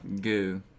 goo